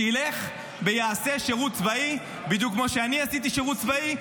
שילך ויעשה שירות צבאי בדיוק כמו שאני עשיתי שירות צבאי,